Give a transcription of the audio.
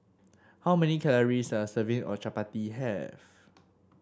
how many calories does a serving of Chapati have